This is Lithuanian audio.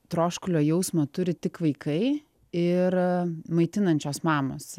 troškulio jausmą turi tik vaikai ir maitinančios mamos